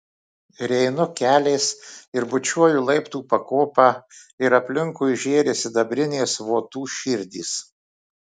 ir einu keliais ir bučiuoju laiptų pakopą ir aplinkui žėri sidabrinės votų širdys